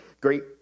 Great